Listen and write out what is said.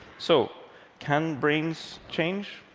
so can brains change?